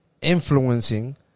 influencing